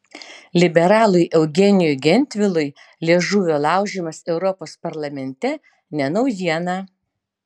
liberalui eugenijui gentvilui liežuvio laužymas europos parlamente ne naujiena